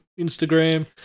Instagram